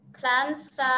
plans